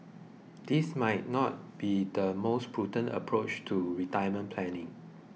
this might not be the most prudent approach to retirement planning